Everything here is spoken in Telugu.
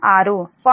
4 p